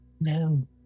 No